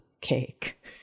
cake